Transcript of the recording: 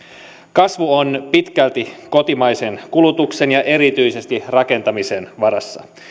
kasvu on pitkälti kotimaisen kulutuksen ja erityisesti rakentamisen varassa